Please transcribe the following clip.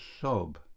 sob